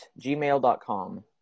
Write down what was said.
gmail.com